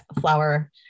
flower